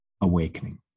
AWAKENING